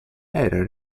era